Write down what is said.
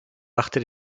machte